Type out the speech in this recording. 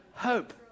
Hope